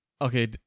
Okay